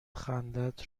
خندت